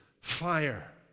fire